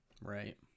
Right